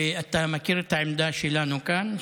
ואתה מכיר את העמדה שלנו כאן,